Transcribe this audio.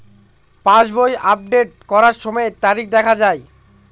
পাসবই update করার সময়ে তারিখ দেখা য়ায়?